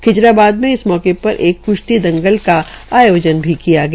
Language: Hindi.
खिजराबाद में इस मौके पर एक कृश्ती दंगल का आयोजन भी किया गया